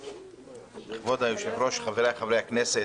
כבוד היושב-ראש, חבריי חברי הכנסת,